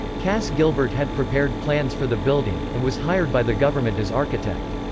cass gilbert had prepared plans for the building, and was hired by the government as architect.